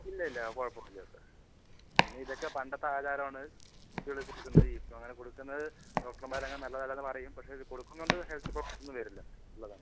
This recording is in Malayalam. ഇല്ല ഇല്ല കുഴപ്പമൊന്നുമില്ല പിന്നെ ഇതൊക്കെ പണ്ടത്തെ ആചാരമാണ് കുട്ടികൾക്കു കൊടുക്കുന്നത് ഇപ്പോൾ അങ്ങനെ കൊടുക്കുന്നത് ഡോക്റ്റർമാർ അങ്ങനെ നല്ലതല്ലെന്ന് പറയും പക്ഷേ ഇത് കൊടുക്കുന്നതു കൊണ്ട് ഹെൽത്ത് പ്രോബ്ലംസ് ഒന്നും വരില്ല എന്നുള്ളതാണ്